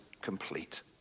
complete